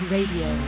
Radio